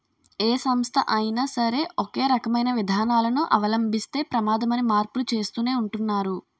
ఏ సంస్థ అయినా సరే ఒకే రకమైన విధానాలను అవలంబిస్తే ప్రమాదమని మార్పులు చేస్తూనే ఉంటున్నారు